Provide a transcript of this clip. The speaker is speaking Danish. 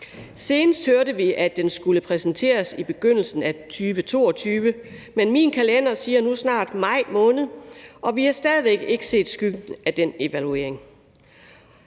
Senest hørte vi, at den skulle præsenteres i begyndelsen af 2022, men min kalender siger nu snart maj måned, og vi har stadig væk ikke set skyggen af den evaluering.